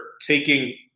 taking